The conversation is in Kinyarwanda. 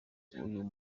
uyu